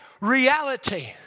Reality